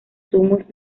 zumos